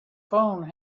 phone